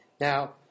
Now